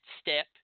step